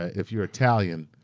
if you're italian,